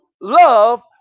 love